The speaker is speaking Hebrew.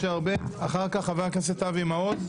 חבר הכנסת משה ארבל, אחר כך חבר הכנסת אבי מעוז,